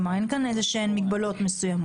כלומר, אין כאן איזה שהן מגבלות מסוימות.